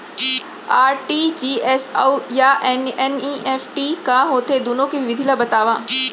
RTGS अऊ NEFT का होथे, दुनो के विधि ला बतावव